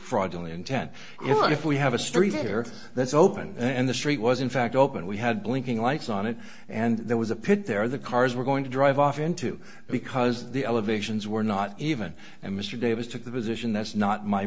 only in ten if we have a story here that's open and the street was in fact open we had blinking lights on it and there was a pit there the cars were going to drive off into because the elevations were not even and mr davis took the position that's not my